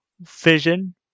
Vision